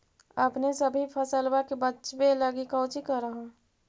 अपने सभी फसलबा के बच्बे लगी कौची कर हो?